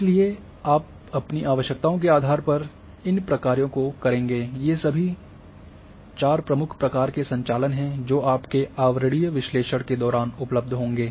इसलिए अपनी आवश्यकताओं के आधार पर आप इन कार्यों को करेंगे ये सभी चार प्रमुख प्रकार के संचालन हैं जो आपके आवरणीय विश्लेषण के दौरान उपलब्ध होंगे